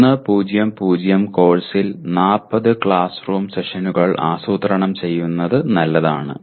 3 0 0 കോഴ്സിൽ 40 class room സെഷനുകൾ ആസൂത്രണം ചെയ്യുന്നത് നല്ലതാണ്